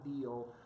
deal